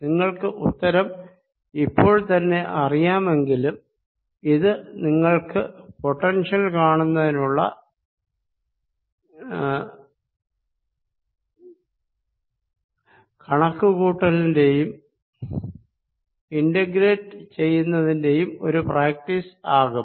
നിങ്ങൾക്ക് ഉത്തരം ഇപ്പോൾത്തന്നെ അറിയാമെങ്കിലും ഇത് നിങ്ങൾക്ക് പൊട്ടൻഷ്യൽ കാണുന്നതിനായുള്ള കണക്കു കൂട്ടലിന്റെയും ഇന്റഗ്രേറ്റ് ചെയ്യുന്ന തിന്റെയും ഒരു പ്രാക്ടീസ് ആകും